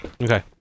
Okay